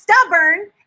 stubborn